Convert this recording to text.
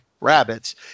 rabbits